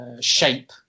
shape